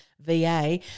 VA